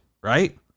right